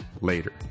later